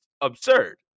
absurd